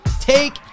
take